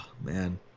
man